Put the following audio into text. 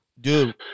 Dude